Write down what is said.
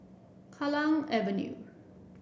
Kallang Avenue